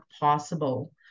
possible